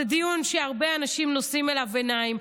זה דיון שהרבה אנשים נושאים אליו עיניים.